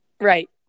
Right